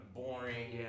boring